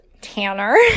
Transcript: Tanner